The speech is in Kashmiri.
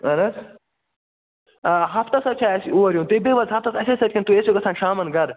اَہن حظ آ ہفتس حظ چھُ اسہِ اوٗر یُن تُہۍ بِہوا حظ ہفتس اَسیٚے سۭتۍ کِنہٕ تُہۍ ٲسِو گَژھان شامن گَھرٕ